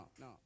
no